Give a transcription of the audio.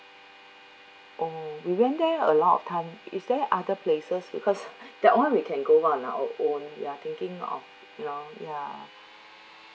oh we went there a lot of time is there other places because that one we can go one on our own ya thinking of you know ya